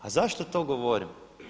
A zašto to govorim?